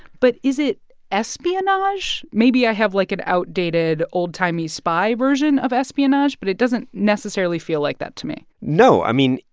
but is it espionage? maybe i have, like, an outdated old-timey spy version of espionage, but it doesn't necessarily feel like that to me no. i mean,